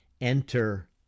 Enter